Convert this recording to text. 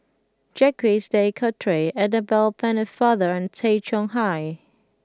Jacques De Coutre Annabel Pennefather and Tay Chong Hai